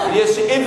יותר, ישיבת